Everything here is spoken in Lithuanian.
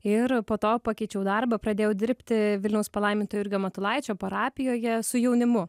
ir po to pakeičiau darbą pradėjau dirbti vilniaus palaimintojo jurgio matulaičio parapijoje su jaunimu